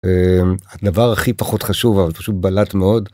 הדבר הכי פחות חשוב אבל פשוט בלט מאוד.